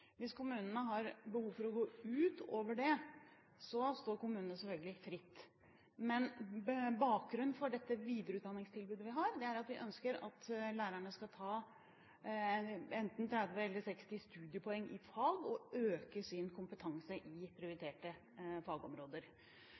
Hvis kommunene har behov for å gå utover det, står de selvfølgelig fritt. Bakgrunnen for det videreutdanningstilbudet vi har, er at vi ønsker at lærerne skal ta enten 30 eller 60 studiepoeng i fag og øke sin kompetanse på prioriterte fagområder.